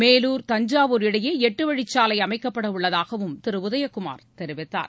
மேலூர் தஞ்சாவூர் இடையே எட்டு வழிச்சாலை அமைக்கப்படவுள்ளதாகவும் திரு உதயகுமார் தெரிவித்தார்